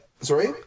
Sorry